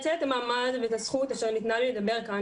אני אנצל את המעמד ואת הזכות שניתנו לי לדבר כאן